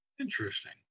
Interesting